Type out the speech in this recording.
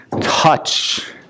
touch